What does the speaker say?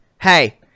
Hey